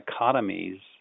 dichotomies